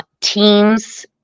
teams